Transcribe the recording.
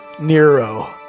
Nero